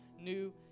new